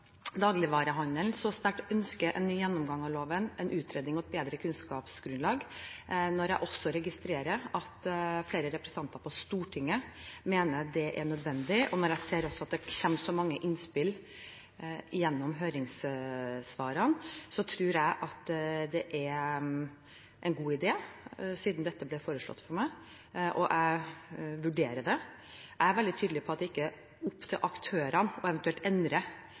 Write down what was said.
dagligvarehandelen så sterkt ønsker en ny gjennomgang av loven, en utredning og et bedre kunnskapsgrunnlag, når jeg også registrerer at flere representanter på Stortinget mener det er nødvendig, og jeg ser at det kommer så mange innspill gjennom høringssvarene, så tror jeg at det er en god idé siden dette ble foreslått for meg, og jeg vurderer det. Jeg er veldig tydelig på at det ikke er opp til aktørene eventuelt å endre